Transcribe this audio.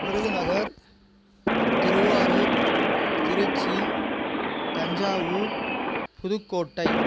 Virudhunagar Tiruvarur Trichy Thanjavur Pudukkottai